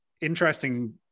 interesting